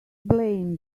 blame